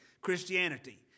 Christianity